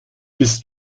bist